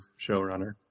showrunner